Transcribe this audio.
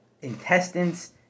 intestines